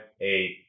eight